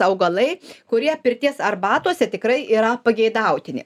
augalai kurie pirties arbatose tikrai yra pageidautini